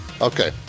Okay